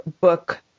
book